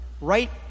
right